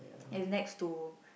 it's next to